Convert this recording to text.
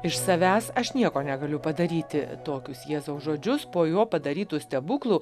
iš savęs aš nieko negaliu padaryti tokius jėzaus žodžius po jo padarytų stebuklų